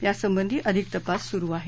यासंबधी अधिक तपास सुरू आहे